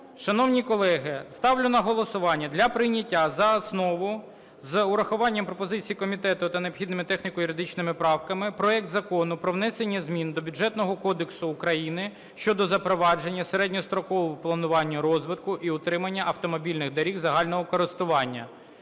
Шановні колеги, ставлю на голосування для прийняття за основу з урахуванням пропозицій комітету та необхідними техніко-юридичними правками проект Закону про внесення змін до Бюджетного кодексу України щодо запровадження середньострокового планування розвитку і утримання автомобільних доріг загального користування.